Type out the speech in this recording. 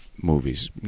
movies